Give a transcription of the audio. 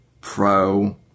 pro